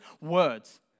words